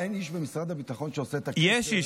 אין איש במשרד הביטחון שעושה את יש איש,